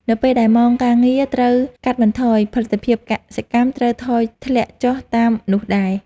នៅពេលដែលម៉ោងការងារត្រូវកាត់បន្ថយ ផលិតភាពកសិកម្មក៏ត្រូវធ្លាក់ចុះតាមនោះដែរ។